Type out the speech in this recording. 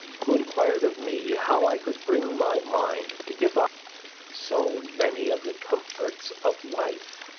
who inquired of me how i could bring my mind to give up so many of the comforts of life.